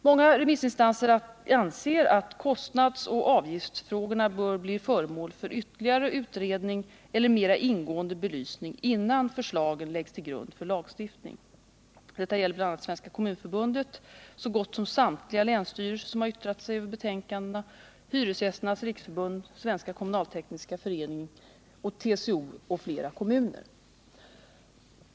Många remissinstanser anser att kostnadsoch avgiftsfrågorna bör bli föremål för ytterligare utredning eller mera ingående belysning innan förslagen läggs till grund för lagstiftning. Detta gäller bl.a. Svenska kommunförbundet, så gott som samtliga länsstyrelser som yttrat sig över betänkandena, Hyresgästernas riksförbund, Svenska kommunaltekniska föreningen, TCO och flera kommuner.